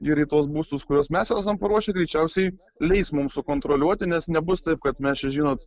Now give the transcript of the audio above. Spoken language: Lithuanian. ir į tuos būstus kuriuos mes esam paruošę greičiausiai leis mums sukontroliuoti nes nebus taip kad mes čia žinot